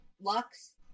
Lux